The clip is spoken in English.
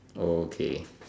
oh okay